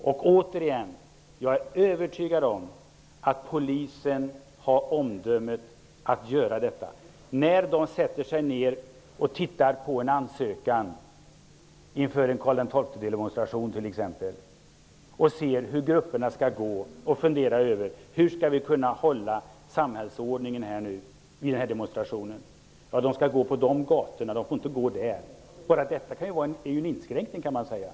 Jag är övertygad om att polisen har omdömet att göra detta. När de tittar på en ansökan inför en demonstration på Karl XII:s dödsdag funderar de över hur grupperna skall gå och hur de skall kunna upprätthålla samhällsordningen vid demonstrationen. Detta innebär att demonstranterna får gå på vissa gator och inte på andra. Bara detta är ju en inskränkning, kan man säga.